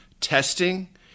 testing